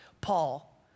Paul